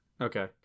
Okay